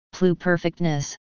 Pluperfectness